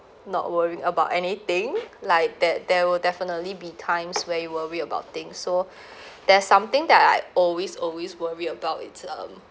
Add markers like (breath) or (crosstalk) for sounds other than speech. not worrying about anything like that there will definitely be times where you worry about thing so (breath) there's something that I always always worry about it's um